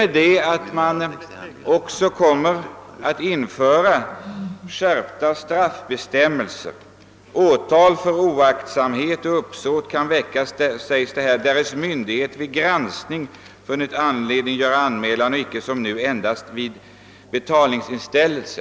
Det heter nu att åtal för oaktsamhet och uppsåt kan väckas, därest myndighet vid granskning funnit anledning göra anmälan och icke som nu endast vid betalningsinställelse.